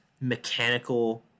mechanical